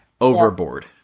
overboard